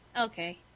Okay